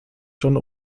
schon